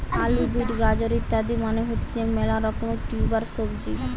আলু, বিট, গাজর ইত্যাদি মানে হতিছে মেলা রকমের টিউবার সবজি